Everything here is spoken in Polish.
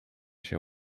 się